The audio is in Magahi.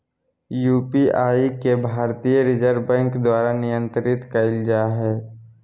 यु.पी.आई के भारतीय रिजर्व बैंक द्वारा नियंत्रित कइल जा हइ